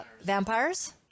Vampires